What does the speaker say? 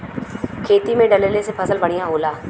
खेती में डलले से फसल बढ़िया होला